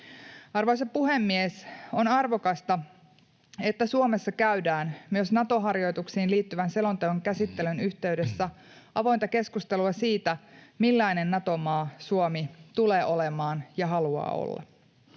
Arvoisa Puhemies! On arvokasta, että Suomessa käydään myös Nato-harjoituksiin liittyvän selonteon käsittelyn yhteydessä avointa keskustelua siitä, millainen Nato-maa Suomi tulee olemaan ja haluaa olla.